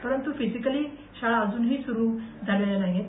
परंतू फिजीकली शाळा अजूनही सुरु झालेल्या नाही आहेत